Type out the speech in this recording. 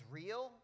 real